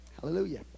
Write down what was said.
Hallelujah